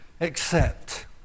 accept